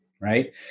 right